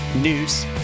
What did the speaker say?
news